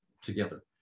together